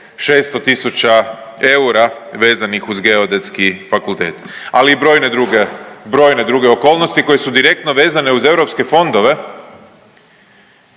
600 000 eura vezanih uz Geodetski fakultet ali i brojne druge okolnosti koje su direktno vezane uz europske fondove